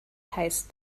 heißt